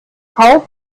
kauf